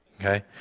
okay